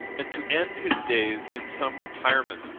and to end his days in some retirement,